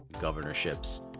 governorships